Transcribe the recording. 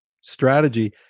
strategy